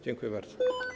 Dziękuję bardzo.